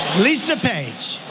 lisa page,